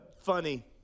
funny